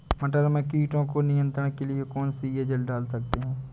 मटर में कीटों के नियंत्रण के लिए कौन सी एजल डाल सकते हैं?